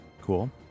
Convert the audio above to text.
Cool